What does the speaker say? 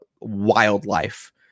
wildlife